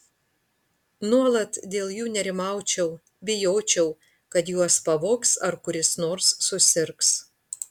nuolat dėl jų nerimaučiau bijočiau kad juos pavogs ar kuris nors susirgs